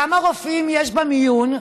כמה רופאים יש במיון?